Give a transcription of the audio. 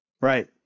Right